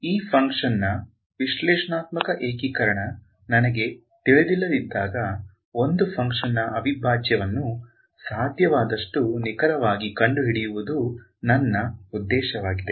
ಈ ಫಂಕ್ಷನ್ ನ ವಿಶ್ಲೇಷಣಾತ್ಮಕ ಏಕೀಕರಣ ನನಗೆ ತಿಳಿದಿಲ್ಲದಿದ್ದಾಗ ಒಂದು ಫಂಕ್ಷನ್ ನ ಅವಿಭಾಜ್ಯವನ್ನು ಸಾಧ್ಯವಾದಷ್ಟು ನಿಖರವಾಗಿ ಕಂಡುಹಿಡಿಯುವುದು ನನ್ನ ಉದ್ದೇಶವಾಗಿದೆ